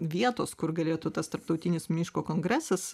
vietos kur galėtų tas tarptautinis miško kongresas